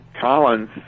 Collins